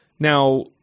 Now